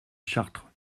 chartres